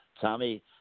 Tommy